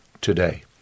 today